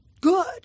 good